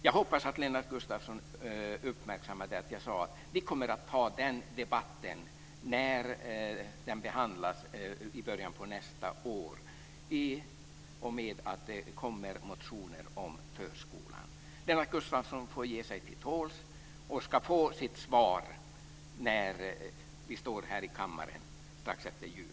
Jag hoppas att Lennart Gustavsson uppmärksammade att jag sade att vi kommer att ta den debatten när den behandlas i början av nästa år i och med att det kommer motioner om förskolan. Lennart Gustavsson får ge sig till tåls och ska få sitt svar när vi står i kammaren strax efter jul.